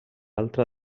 altra